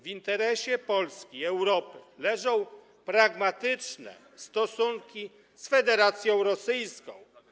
W interesie Polski i Europy leżą pragmatyczne stosunki z Federacją Rosyjską.